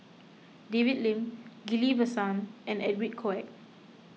David Lim Ghillie Basan and Edwin Koek